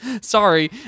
sorry